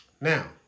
Now